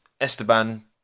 Esteban